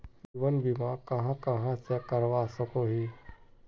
जीवन बीमा कहाँ कहाँ से करवा सकोहो ही?